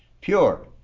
Pure